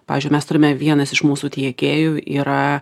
pavyzdžiui mes turime vienas iš mūsų tiekėjų yra